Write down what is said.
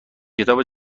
کتاب